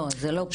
לא, זה לא פה.